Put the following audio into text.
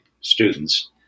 students